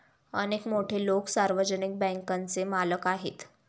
अनेक मोठे लोकं सार्वजनिक बँकांचे मालक आहेत